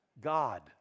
God